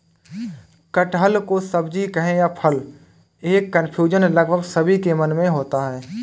कटहल को सब्जी कहें या फल, यह कन्फ्यूजन लगभग सभी के मन में होता है